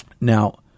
Now